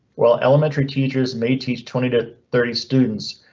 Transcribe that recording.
well, elementary teachers may teach twenty to thirty students.